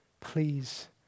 Please